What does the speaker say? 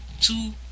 two